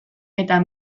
eta